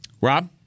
Rob